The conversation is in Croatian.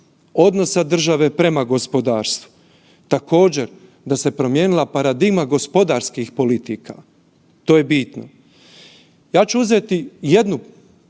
odnosa države prema gospodarstvu, također da se promijenila paradigma gospodarskih politika, to je bitno. Ja ću uzeti jednu